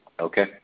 Okay